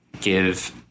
give